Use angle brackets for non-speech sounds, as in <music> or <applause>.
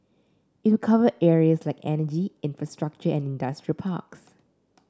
it will cover areas like energy infrastructure and industrial parks <noise>